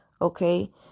okay